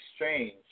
exchange